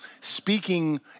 speaking